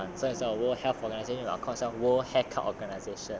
the acronym [one] so instead of world health organisation they call themselves world hair cut organisation